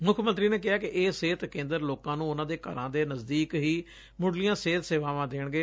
ਮੁੱਖ ਮੰਤਰੀ ਨੇ ਕਿਹਾ ਕਿ ਇਹ ਸਿਹਤ ਕੇਂਦਰ ਲੋਕਾਂ ਨੂੰ ਉਨੂਾਂ ਦੇ ਘਰਾਂ ਦੇ ਨਜਦੀਕ ਹੀ ਮੁੱਢਲੀਆਂ ਸਿਹਤ ਸੇਵਾਵਾਂ ਦੇਣਗੇ